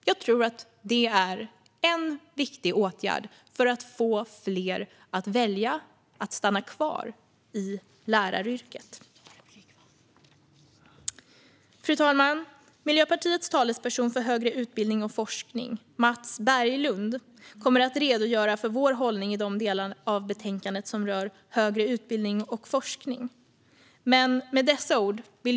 Jag tror att det är en viktig åtgärd för att få fler att välja att stanna kvar i läraryrket. Fru talman! Miljöpartiets talesperson för högre utbildning och forskning, Mats Berglund, kommer att redogöra för vår hållning i de delar av betänkandet som rör detta.